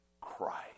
christ